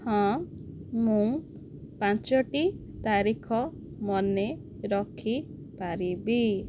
ହଁ ମୁଁ ପାଞ୍ଚଟି ତାରିଖ ମନେ ରଖିପାରିବି